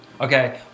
Okay